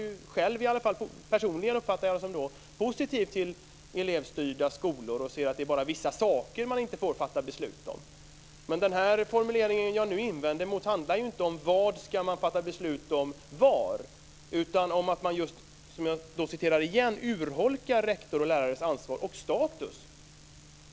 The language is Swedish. Jag uppfattar att han personligen är positiv till elevstyrda skolor, och han säger att det bara är vissa saker som de inte får fatta beslut om. Men den formulering som jag invände mot handlar ju inte om vad man ska fatta beslut om var utan om att man just urholkar rektors och lärares ansvar och status.